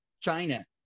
China